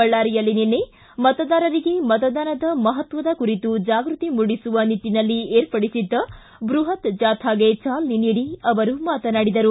ಬಳ್ಳಾರಿಯಲ್ಲಿ ನಿನ್ನೆ ಮತದಾರರಿಗೆ ಮತದಾನದ ಮಹತ್ವದ ಕುರಿತು ಜಾಗೃತಿ ಮೂಡಿಸುವ ನಿಟ್ಟನಲ್ಲಿ ಏರ್ಪಡಿಸಿದ್ದ ಬೃಹತ್ ಜಾಥಾಗೆ ಚಾಲನೆ ನೀಡಿ ಅವರು ಮಾತನಾಡಿದರು